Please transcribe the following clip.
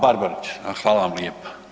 Barbarić, hvala vam lijepa.